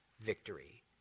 victory